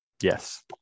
Yes